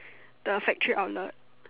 the factory outlet